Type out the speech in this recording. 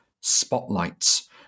spotlights